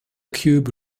cube